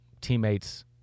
teammates